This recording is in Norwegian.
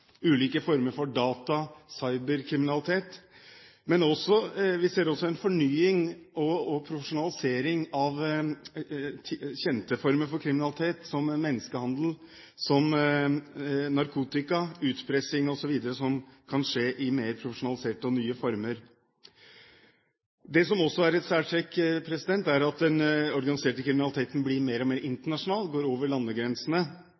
ulike former for økonomisk kriminalitet, ulike former for data/cyberkriminalitet, men vi ser også en fornying og profesjonalisering av kjente former for kriminalitet, som menneskehandel, narkotikahandel, utpressing osv. Det som også er et særtrekk, er at den organiserte kriminaliteten blir mer og mer internasjonal – går over landegrensene